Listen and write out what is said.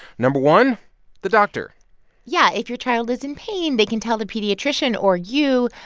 no. one the doctor yeah. if your child is in pain, they can tell the pediatrician or you,